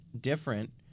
different